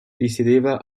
risiedeva